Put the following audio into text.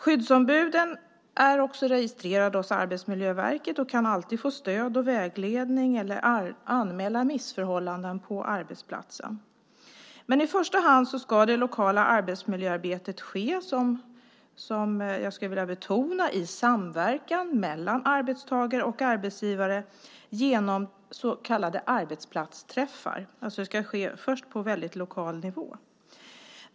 Skyddsombuden är också registrerade hos Arbetsmiljöverket och kan alltid få stöd och vägledning eller anmäla missförhållanden på arbetsplatsen. Men i första hand ska det lokala arbetsmiljöarbetet ske, det skulle jag vilja betona, i samverkan mellan arbetstagare och arbetsgivare genom så kallade arbetsplatsträffar. Det ska först ske på väldigt lokal nivå.